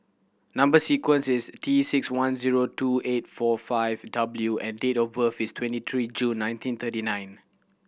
number sequence is T six one zero two eight four five W and date of birth is twenty three June nineteen thirty nine